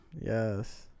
Yes